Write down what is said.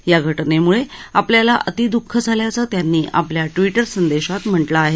या घटनेमुळे आपल्याला अतिद्ःख झाल्याचं त्यांनी आपल्या ट्विटवर संदेशात म्हटलं आहे